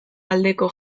aldeko